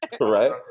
right